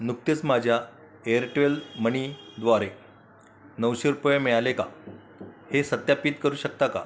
नुकतेच माझ्या एअरटेल मनीद्वारे नऊशे रुपये मिळाले का हे सत्यापित करू शकता का